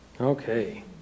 Okay